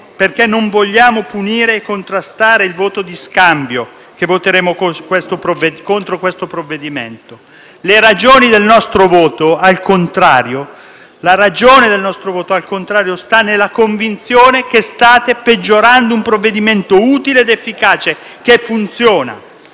perché non vogliamo punire e contrastare il voto di scambio che voteremo contro il provvedimento. La ragione del nostro voto, al contrario, sta nella convinzione che state peggiorando un provvedimento utile ed efficace che funziona